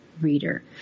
reader